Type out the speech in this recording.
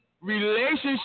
Relationship